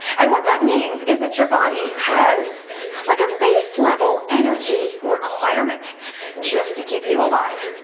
and what that means is that your body has like a base level energy requirement just to keep you alive.